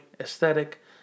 aesthetic